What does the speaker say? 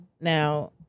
Now